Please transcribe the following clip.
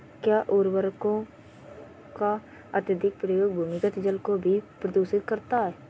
क्या उर्वरकों का अत्यधिक प्रयोग भूमिगत जल को भी प्रदूषित करता है?